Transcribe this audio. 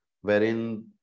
wherein